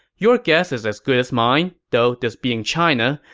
your guess is as good as mine, though this being china,